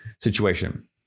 situation